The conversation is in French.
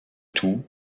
tout